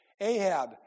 Ahab